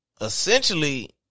essentially